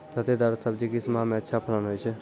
लतेदार दार सब्जी किस माह मे अच्छा फलन होय छै?